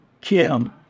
Kim